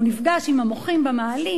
הוא נפגש עם המוחים במאהלים,